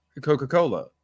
Coca-Cola